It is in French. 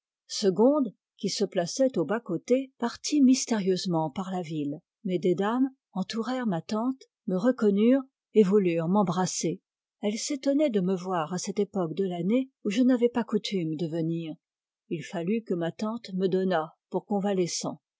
segonde qui se plaçait aux bas-côtés partit mystérieusement par la ville mais des dames entourèrent ma tante me reconnurent et voulurent m'embrasser elles s'étonnaient de me voir à cette époque de l'année où je n'avais pas coutume de venir il fallut que ma tante me donnât pour convalescent